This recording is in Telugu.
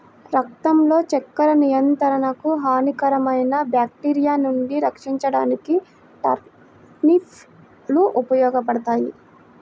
రక్తంలో చక్కెర నియంత్రణకు, హానికరమైన బ్యాక్టీరియా నుండి రక్షించడానికి టర్నిప్ లు ఉపయోగపడతాయి